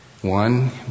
One